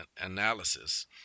analysis